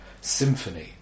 Symphony